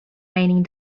raining